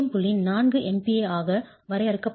4 MPa ஆக வரையறுக்கப்பட்டுள்ளது